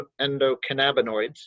endocannabinoids